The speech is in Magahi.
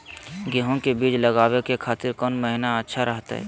गेहूं के बीज लगावे के खातिर कौन महीना अच्छा रहतय?